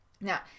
Now